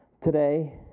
today